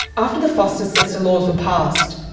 after the fosta-sesta laws were passed,